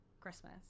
Christmas